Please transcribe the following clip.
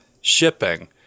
shipping